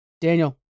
Daniel